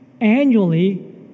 annually